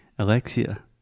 Alexia